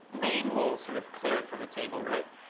main will sort of clear it from the table, right?